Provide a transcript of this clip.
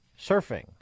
surfing